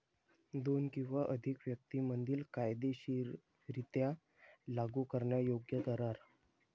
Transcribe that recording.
दोन किंवा अधिक व्यक्तीं मधील कायदेशीररित्या लागू करण्यायोग्य करार